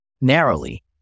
Narrowly